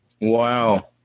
wow